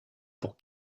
pour